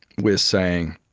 we are saying,